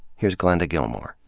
here's glenda gilmore.